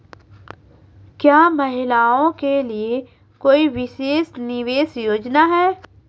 क्या महिलाओं के लिए कोई विशेष निवेश योजना है?